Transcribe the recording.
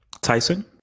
Tyson